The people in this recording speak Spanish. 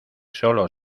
sólo